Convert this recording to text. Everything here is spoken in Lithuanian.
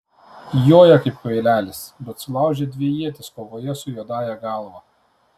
joja kaip kvailelis bet sulaužė dvi ietis kovoje su juodąja galva